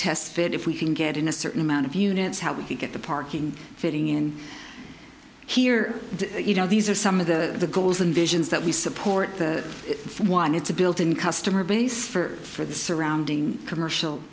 test it if we can get in a certain amount of units how we can get the parking fitting in here you know these are some of the goals and visions that we support the one it's a built in customer base for the surrounding commercial